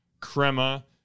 crema